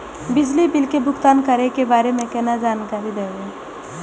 बिजली बिल के भुगतान करै के बारे में केना जानकारी देब?